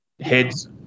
heads